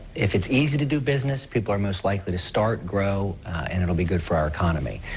if it's ee easy to do business, people are most likely to start, grow and it will be good for our economy.